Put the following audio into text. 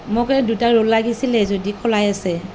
মোক এই দুটা ৰোল লাগিছিল যদি খোলাই আছে